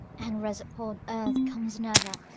and rest upon earth comes never.